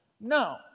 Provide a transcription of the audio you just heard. No